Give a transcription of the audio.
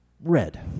red